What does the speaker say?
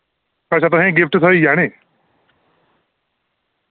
अच्छा तुसें गिफ्ट थ्होई गेआ निं